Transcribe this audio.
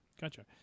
Gotcha